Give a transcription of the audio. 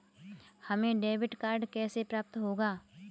हमें debit card कैसे प्राप्त होगा?